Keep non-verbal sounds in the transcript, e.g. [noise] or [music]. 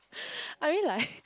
[breath] I mean like